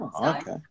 Okay